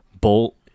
Bolt